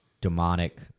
demonic